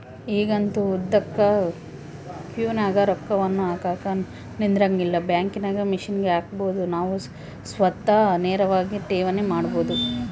ಈಗಂತೂ ಉದ್ದುಕ ಕ್ಯೂನಗ ರೊಕ್ಕವನ್ನು ಹಾಕಕ ನಿಂದ್ರಂಗಿಲ್ಲ, ಬ್ಯಾಂಕಿನಾಗ ಮಿಷನ್ಗೆ ಹಾಕಬೊದು ನಾವು ಸ್ವತಃ ನೇರವಾಗಿ ಠೇವಣಿ ಮಾಡಬೊದು